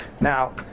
Now